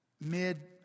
mid